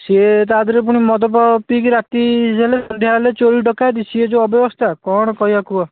ସିଏ ତା' ଦେହରେ ପୁଣି ମଦ ପିଇକି ରାତି ହେଲେ ସନ୍ଧ୍ୟା ହେଲେ ଚୋରି ଡକାୟତି ସେ ଯେଉଁ ଅବ୍ୟବସ୍ଥା କ'ଣ କହିବା କୁହ